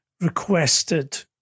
requested